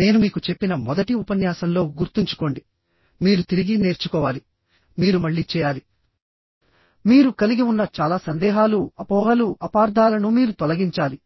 నేను మీకు చెప్పిన మొదటి ఉపన్యాసంలో గుర్తుంచుకోండిమీరు తిరిగి నేర్చుకోవాలిమీరు మళ్ళీ చేయాలిమీరు కలిగి ఉన్న చాలా సందేహాలుఅపోహలుఅపార్థాలను మీరు తొలగించాలి